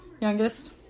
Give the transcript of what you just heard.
youngest